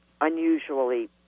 unusually